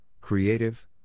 creative